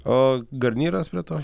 o garnyras prie to